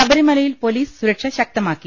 ശബരിമലയിൽ പൊലീസ് സുരക്ഷ ശക്തമാക്കി